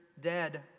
dead